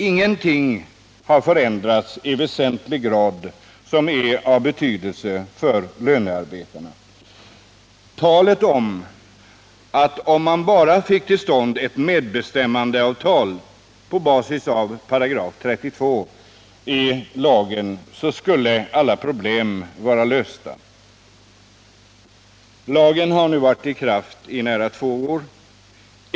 Ingenting har förändrats i väsentlig grad av betydelse för lönarbetarna, trots talet om att bara man fick till stånd ett medbestämmandeavtal på basis av 32 § i lagen så skulle alla problem vara lösta. Lagen har nu varit i kraft i nära två år.